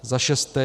Za šesté.